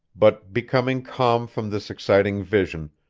but, becoming calm from this exciting vision,